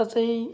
तसंही